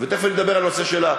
ואני אומר את זה שוב,